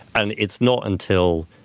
and it's not until